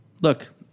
look